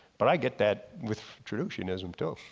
but i get that with traditionalism to.